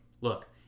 Look